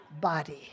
body